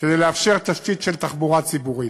כדי לאפשר תשתית של תחבורה ציבורית.